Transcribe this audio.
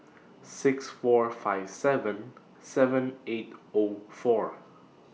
six four five seven seven eight O four